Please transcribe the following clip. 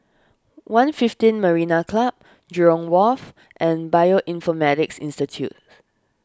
one fifteen Marina Club Jurong Wharf and Bioinformatics Institute